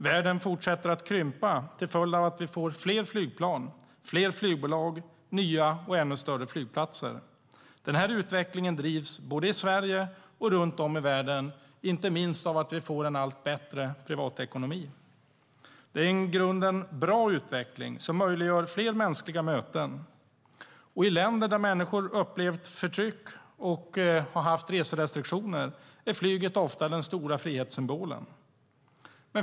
Världen fortsätter att krympa till följd av att vi får fler flygplan, fler flygbolag och nya och ännu större flygplatser. Denna utveckling drivs både i Sverige och runt om i världen inte minst av att vi får en allt bättre privatekonomi. Det är en i grunden bra utveckling som möjliggör fler mänskliga möten. I länder där människor upplevt förtryck och haft reserestriktioner är flyget ofta den stora frihetssymbolen.